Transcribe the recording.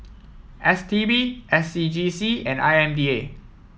S T B S C G C and I M D A